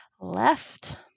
left